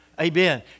Amen